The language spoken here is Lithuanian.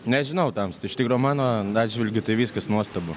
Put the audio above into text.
nežinau tamsta iš tikro mano atžvilgiu tai viskas nuostabu